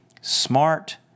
smart